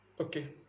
Okay